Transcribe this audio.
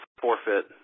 forfeit